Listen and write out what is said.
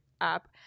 app